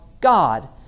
god